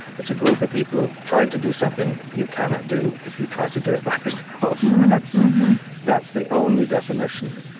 it's a group of people trying to do something you cannot do if you try to do it by yourself. and that's that's the only definition.